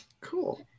Cool